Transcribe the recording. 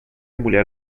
mulher